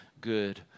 good